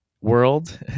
world